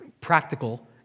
practical